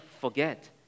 forget